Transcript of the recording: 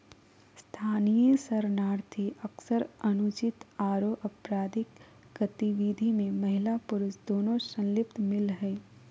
स्थानीय शरणार्थी अक्सर अनुचित आरो अपराधिक गतिविधि में महिला पुरुष दोनों संलिप्त मिल हई